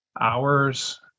hours